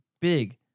big